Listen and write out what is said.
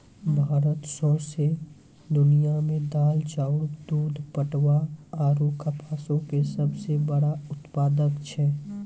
भारत सौंसे दुनिया मे दाल, चाउर, दूध, पटवा आरु कपासो के सभ से बड़का उत्पादक छै